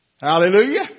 Hallelujah